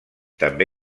també